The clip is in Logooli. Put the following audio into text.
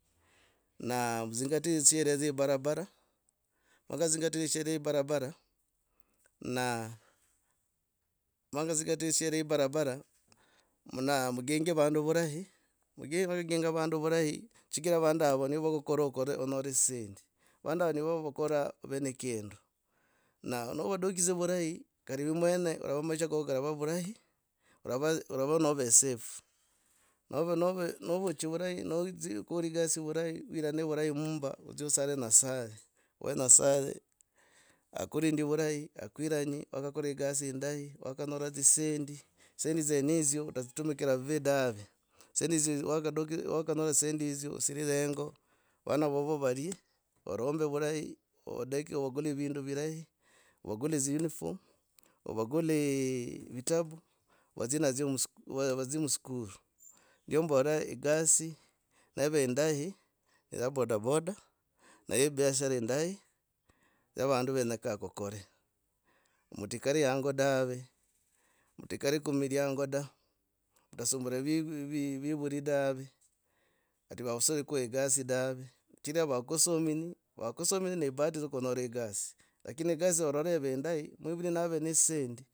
Na kuzingatie dzisheria dzye ebarabara, kwakazingatia esheria ye ebarabara na kwakazingatia esheria ye ebarabara na mugingo vandu vurahi, vuginga vandu vurahi chigira navo nivo va kukora onyore dzisendi vandu avo nivo vokora ove ne kindu na novadukiza vurahi kari ive mwene maisha goga karava vurahi, orova orova nove safe. Nava nove novuchi vurahi nodzi kora egasi vurahi ne vwirano vurahi mumba odzie osare nyasaye we nyasaye akurindi vurahi akwiranyi wakakora egasi indahi, wakonyora dzisendi, dzisendi dziesnetsa okadzi tumikila vuu dave. Ozisendi wakatumikila, wakanyra dzisendi hizo osire dza hengo vana vovo valie. Varombe vurahi, ovade ovagule vindu virahi,, ovagule dzi uniform ovagule vitabu vadzie nazo, vadzie maskuru, ndio bora egasi neve indahi za bodaboda ne ibiashara indahi ya vandu venyeka kukore mutigare hango dave, mutigare kumiliango da, mutasumbura vivu, vivuli dave, ati vakusiriko egasi dave chigiraa vakusomenyi vakusomenyi ne bahati dza kunyora egasi. Lakini gasi orora ive indahi mwivuli nave ne dzisendi.